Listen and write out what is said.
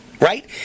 Right